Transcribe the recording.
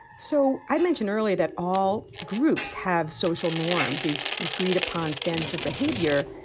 so i mentioned earlier that all groups have social norms these agreed upon standards of behavior.